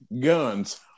guns